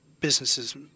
businesses